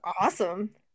awesome